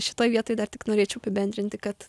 šitoj vietoj dar tik norėčiau apibendrinti kad